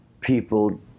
people